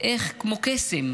איך כמו קסם,